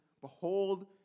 behold